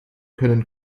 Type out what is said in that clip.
können